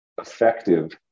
effective